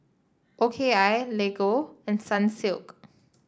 O K I Lego and Sunsilk